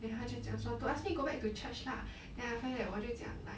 then 他就讲说 to ask me go back to church lah then after that 我就讲 like